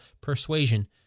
Persuasion